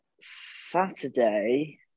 Saturday